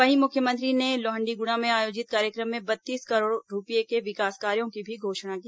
वहीं मुख्यमंत्री ने लोहण्डीगुड़ा में आयोजित कार्यक्रम में बत्तीस करोड़ रूपये के विकास कार्यो की भी घोषणा की